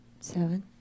Seven